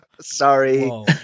Sorry